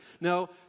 No